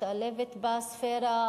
משתלבת בספירה